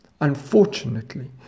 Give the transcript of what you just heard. unfortunately